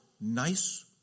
nice